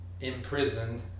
imprisoned